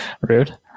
rude